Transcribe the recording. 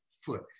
foot